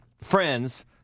Friends